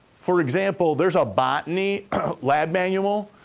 for example, there's a botany lab manual,